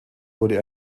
wurde